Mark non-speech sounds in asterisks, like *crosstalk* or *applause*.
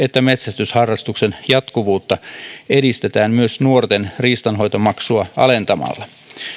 *unintelligible* että metsästysharrastuksen jatkuvuutta edistetään myös nuorten riistanhoitomaksua alentamalla